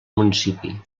municipi